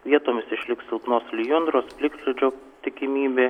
vietomis išliks silpnos lijundros plikledžio tikimybė